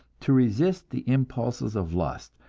to resist the impulses of lust,